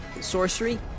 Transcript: sorcery